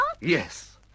Yes